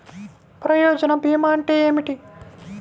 ప్రయోజన భీమా అంటే ఏమిటి?